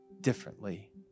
differently